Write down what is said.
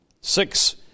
Six